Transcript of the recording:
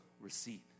receipt